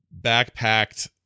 backpacked